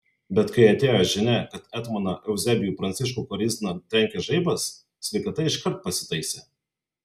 bet kai atėjo žinia kad etmoną euzebijų pranciškų korizną trenkė žaibas sveikata iškart pasitaisė